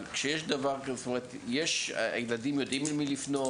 אבל כשיש דבר כזה, האם הם יודעים למי לפנות?